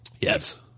Yes